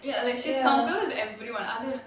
ya like she's comfortable with everyone I don't know